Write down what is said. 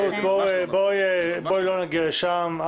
בואי לא נגיע לשם.